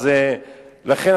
לכן,